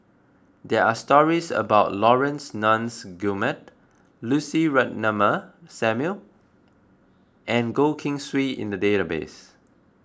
there are stories about Laurence Nunns Guillemard Lucy Ratnammah Samuel and Goh Keng Swee in the database